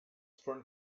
front